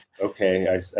okay